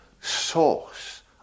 source